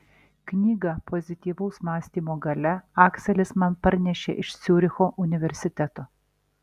knygą pozityvaus mąstymo galia akselis man parnešė iš ciuricho universiteto